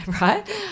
right